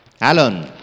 Alan